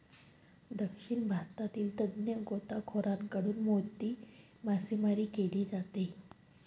दक्षिण भारतातील तज्ञ गोताखोरांकडून मोती मासेमारी केली जाते